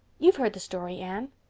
you've heard the story, anne?